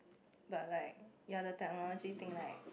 but like ya the technology thing like